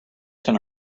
can